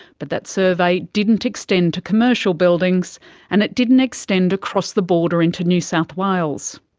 but that survey didn't extend to commercial buildings and it didn't extend across the border into new south wales.